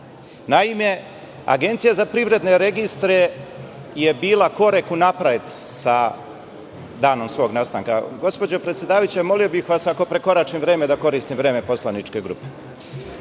Naime, Agencija za privredne registre je bila korak napred sa danom svog nastanka. Gospođo predsedavajuća, molio bih vas, ako prekoračim vreme da koristim vreme poslaničke